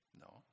No